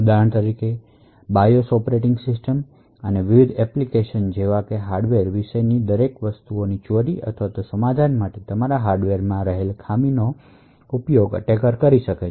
ઉદાહરણ તરીકે BIOS operating system અને વિવિધ એપ્લિકેશનોની હાર્ડવેર વિશેની દરેક વસ્તુ ચોરી અથવા સમાધાન કરવા માટે તમારા હાર્ડવેરની ખામીનો ઉપયોગ કરી શકાય છે